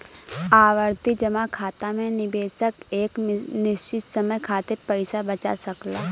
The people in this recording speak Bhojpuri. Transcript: आवर्ती जमा खाता में निवेशक एक निश्चित समय खातिर पइसा बचा सकला